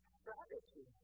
strategy